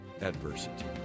adversity